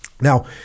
Now